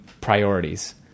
priorities